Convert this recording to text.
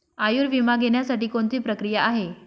आयुर्विमा घेण्यासाठी कोणती प्रक्रिया आहे?